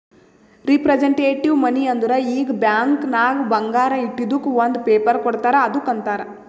representative money ಅಂದುರ್ ಈಗ bank ನಾಗ್ ಬಂಗಾರ ಇಟ್ಟಿದುಕ್ ಒಂದ್ ಪೇಪರ್ ಕೋಡ್ತಾರ್ ಅದ್ದುಕ್ ಅಂತಾರ್